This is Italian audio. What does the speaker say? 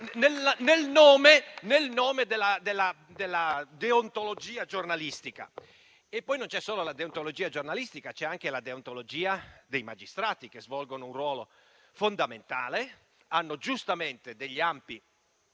nel nome della deontologia giornalistica. Non c'è poi solo la deontologia giornalistica. C'è anche la deontologia dei magistrati, che svolgono un ruolo fondamentale, hanno giustamente degli ampi